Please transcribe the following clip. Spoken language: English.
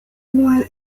won